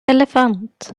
elefant